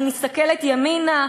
אני מסתכלת ימינה,